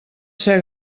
ser